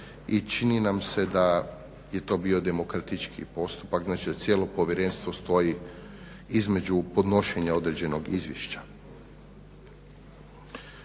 čini nam se da je to bio demokratičniji postupak. Znači da cijelo povjerenstvo stoji između podnošenja određenog izvješća.